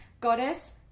Goddess